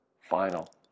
final